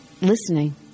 listening